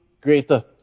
greater